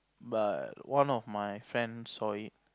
but one of my friend saw it